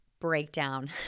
breakdown